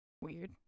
Weird